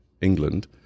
england